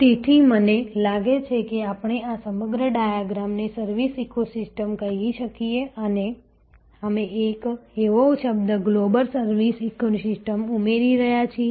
તેથી મને લાગે છે કે આપણે આ સમગ્ર ડાયાગ્રામને સર્વિસ ઇકોસિસ્ટમ કહી શકીએ અને અમે એક નવો શબ્દ ગ્લોબલ સર્વિસ ઇકોસિસ્ટમ ઉમેરી રહ્યા છીએ